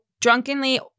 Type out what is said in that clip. drunkenly